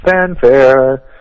Fanfare